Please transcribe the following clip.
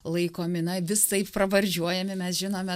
laiko mina visaip pravardžiuojami mes žinome